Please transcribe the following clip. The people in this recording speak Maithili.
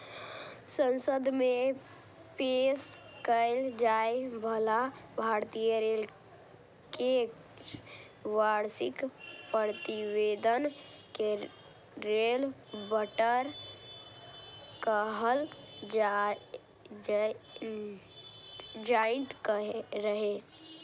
संसद मे पेश कैल जाइ बला भारतीय रेल केर वार्षिक प्रतिवेदन कें रेल बजट कहल जाइत रहै